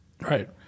Right